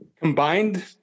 combined